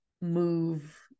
move